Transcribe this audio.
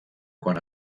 quan